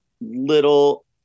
little